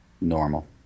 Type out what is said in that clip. normal